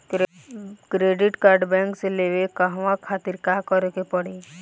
Credit card bank से लेवे कहवा खातिर का करे के पड़ी?